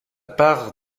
part